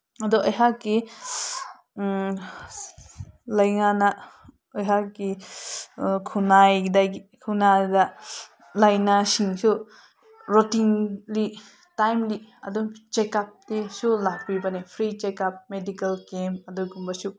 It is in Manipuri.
ꯑꯗꯨ ꯑꯩꯍꯥꯛꯀꯤ ꯂꯩꯉꯥꯛꯅ ꯑꯩꯍꯥꯛꯀꯤ ꯈꯨꯟꯅꯥꯏꯗ ꯂꯥꯏꯅꯥꯁꯤꯡꯁꯨ ꯔꯣꯇꯤꯟꯂꯤ ꯇꯥꯏꯝꯂꯤ ꯑꯗꯨꯝ ꯆꯦꯛꯀꯞꯀꯤꯁꯨ ꯂꯥꯛꯄꯤꯕꯅꯤ ꯐ꯭ꯔꯤ ꯆꯦꯛꯀꯞ ꯃꯦꯗꯤꯀꯦꯜ ꯀꯦꯝ ꯑꯗꯨꯒꯨꯝꯕꯁꯨ